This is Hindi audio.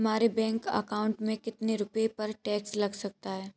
हमारे बैंक अकाउंट में कितने रुपये पर टैक्स लग सकता है?